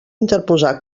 interposar